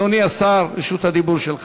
אדוני השר, רשות הדיבור שלך.